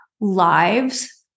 lives